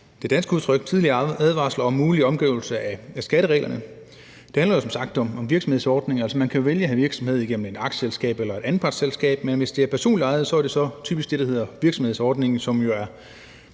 det danske udtryk – om mulig omgåelse af skattereglerne. Det handler som sagt om virksomhedsordningen; man kan vælge at have virksomhed gennem et aktieselskab eller et anpartsselskab, men hvis det er personligt ejet, er det typisk under det, der hedder virksomhedsordningen, som jo er